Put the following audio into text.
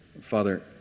Father